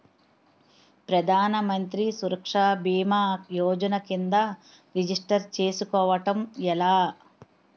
ప్రధాన మంత్రి సురక్ష భీమా యోజన కిందా రిజిస్టర్ చేసుకోవటం ఎలా?